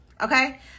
okay